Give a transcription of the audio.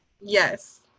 yes